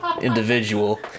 individual